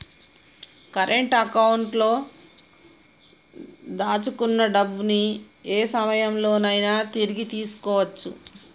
current అకౌంట్లో దాచుకున్న డబ్బుని యే సమయంలోనైనా తిరిగి తీసుకోవచ్చు